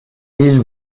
ils